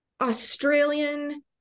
Australian